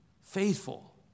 Faithful